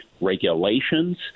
regulations